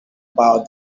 about